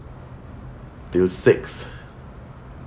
until six